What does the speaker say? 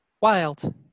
Wild